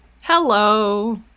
Hello